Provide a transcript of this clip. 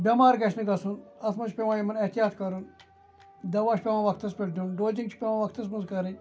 بیٚمار گَژھِ نہٕ گَژھُن اَتھ مَنٛز چھُ پیٚوان یِمَن احتِیاط کَرُن دَوا چھُ پیٚوان وَقتَس پیٚٹھ دیُن ڈوزِنٛگ چھِ پیٚوان وَقتَس مَنٛز کَرٕن